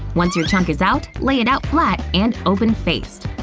once your chunk is out, lay it out flat and open faced.